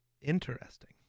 interesting